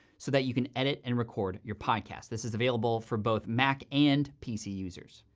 so that you can edit and record your podcasts. this is available for both mac and pc users.